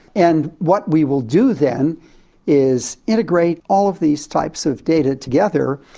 and what we will do then is integrate all of these types of data together.